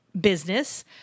business